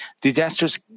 disasters